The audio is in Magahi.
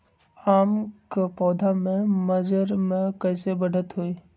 आम क पौधा म मजर म कैसे बढ़त होई?